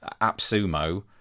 AppSumo